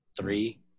three